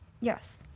Yes